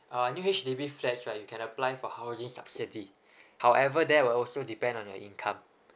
uh new H_D_B flats right you can apply for housing subsidy however that were also depend on your income